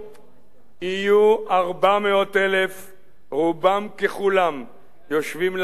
יהיו 400,000. רובם ככולם יושבים לבטח על אדמות מדינה,